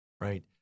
Right